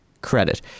credit